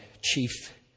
chief